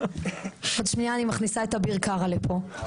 עוד שנייה אני מכניסה את אביר קארה לפה.